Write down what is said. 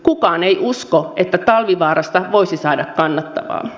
kukaan ei usko että talvivaarasta voisi saada kannattavaa